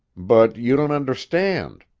but you don't understand.